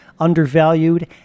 undervalued